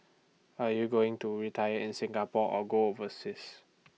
are you going to retire in Singapore or go overseas